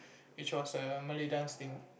it was a Malay dance thing